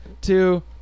two